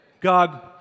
God